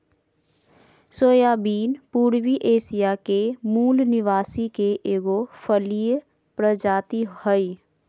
soybean पूर्वी Asia के मूल निवासी के एगो फलिय प्रजाति हइ